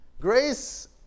Grace